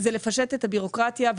לפשט את הבירוקרטיה,